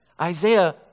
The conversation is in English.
Isaiah